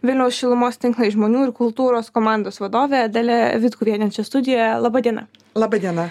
vilniaus šilumos tinklai žmonių ir kultūros komandos vadovė dalia vitkuvienė čia studijoje laba diena laba diena